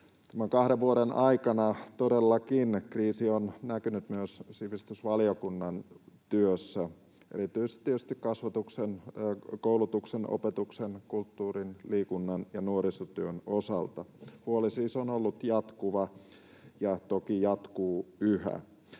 Tämän kahden vuoden aikana todellakin kriisi on näkynyt myös sivistysvaliokunnan työssä, erityisesti tietysti kasvatuksen, koulutuksen, opetuksen, kulttuurin, liikunnan ja nuorisotyön osalta. Huoli siis on ollut jatkuva ja toki jatkuu yhä.